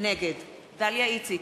נגד דליה איציק,